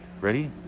Ready